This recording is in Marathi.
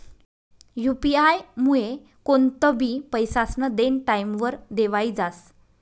यु.पी आयमुये कोणतंबी पैसास्नं देनं टाईमवर देवाई जास